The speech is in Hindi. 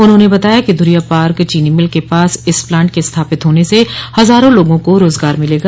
उन्होंने बताया कि धुरियापार्क चीनी मिल के पास इस प्लांट के स्थापित होने से हजारों लोगों को रोजगार मिलेगा